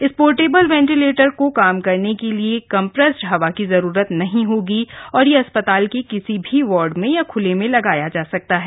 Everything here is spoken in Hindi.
इस पोर्टेबल वेंटिलेटर को काम करने के लिए कंप्रेस्ड हवा की जरूरत नहीं होगी और यह अस्पताल के किसी भी वॉर्ड में या ख्ले में लगाया जा सकता है